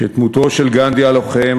שדמותו של גנדי הלוחם,